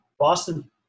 Boston